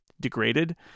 degraded